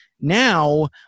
Now